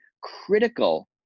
critical